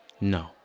No